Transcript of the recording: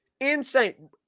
Insane